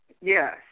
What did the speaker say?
Yes